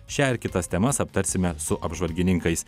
šią ir kitas temas aptarsime su apžvalgininkais